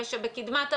אלה שבקדמת הבמה,